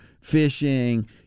fishing